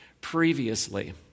previously